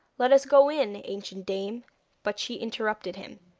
let us go in, ancient dame but she interrupted him.